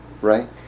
right